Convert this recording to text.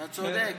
אתה צודק.